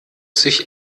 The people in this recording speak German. sich